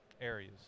Areas